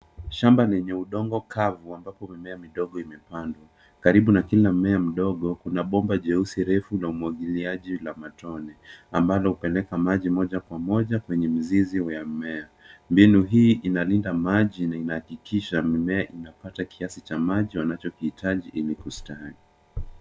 Shamba lenye udongo kavu ambapo mimea midogo imepandwa. Karibu na kila mmea mdogo, kuna bomba jeusi refu la umwagiliaji la matone ambalo upeleka maji moja kwa moja kwenye mizizi ya mmea. Mbinu hii inalinda maji na inaakikisha mimea inapata kiasi cha maji wanachokihitaji kwenye kustawi.